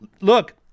look